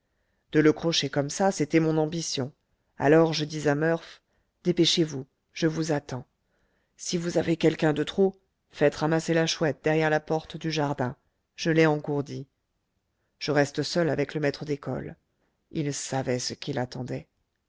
de le crocher comme ça c'était mon ambition alors je dis à murph dépêchez-vous je vous attends si vous avez quelqu'un de trop faite ramasser la chouette derrière la porte du jardin je l'ai engourdie je reste seul avec le maître d'école il savait ce qui l'attendait